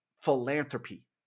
philanthropy